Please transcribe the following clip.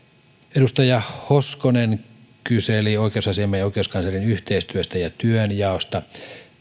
edustaja hoskonen kyseli oikeusasiamiehen ja oikeuskanslerin yhteistyöstä ja työnjaosta